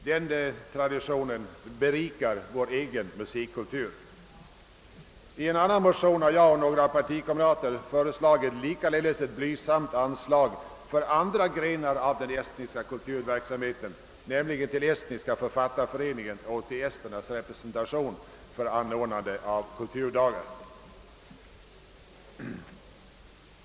Den traditionen berikar vår egen musikkultur. I en annan motion har jag och några partikamrater föreslagit ett likaledes blygsamt anslag för andra grenar av den estniska kulturverksamheten, nämligen till Estniska författarföreningen och till Esternas representation i Sverige för anordnande av kulturdagar.